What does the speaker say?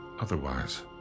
Otherwise